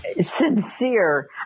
sincere